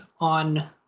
on